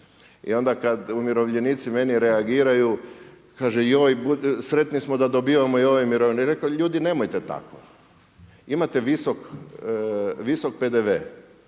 I onda kad umirovljenici meni reagiraju, kaže joj sretni smo da dobivamo i ove mirovine. I reko, ljudi nemojte tako, imate visok PDV,